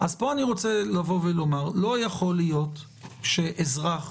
לא יכול להיות שאזרח